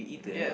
yeah